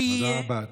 תודה רבה.